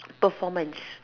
performance